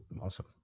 Awesome